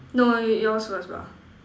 no you yours first bah